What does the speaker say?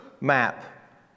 Map